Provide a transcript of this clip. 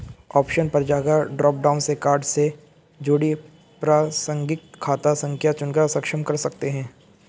option पर जाकर drop down से कार्ड से जुड़ी प्रासंगिक खाता संख्या चुनकर सक्षम कर सकते है